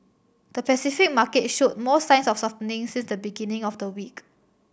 the Pacific market showed more signs of softening since the beginning of the week